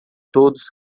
todos